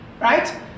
right